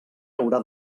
haurà